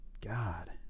God